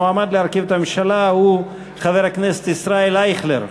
המועמד להרכיב את הממשלה הוא חבר הכנסת ישראל אייכלר.